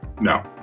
No